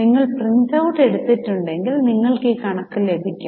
നിങ്ങൾ പ്രിൻറൌട് എടുത്തിട്ടുണ്ടെങ്കിൽ നിങ്ങൾക് ഈ കണക്കു ലഭിക്കും